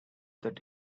that